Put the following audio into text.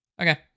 Okay